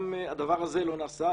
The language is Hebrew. גם הדבר הזה לא נעשה,